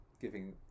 giving